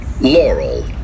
Laurel